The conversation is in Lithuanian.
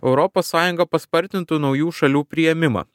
europos sąjunga paspartintų naujų šalių priėmimą